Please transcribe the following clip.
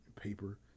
paper